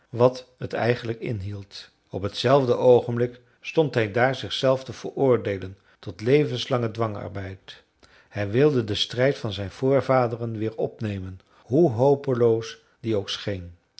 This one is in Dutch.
wat het eigenlijk inhield op hetzelfde oogenblik stond hij daar zichzelf te veroordeelen tot levenslangen dwangarbeid hij wilde den strijd van zijn voorvaderen weer opnemen hoe hopeloos die ook scheen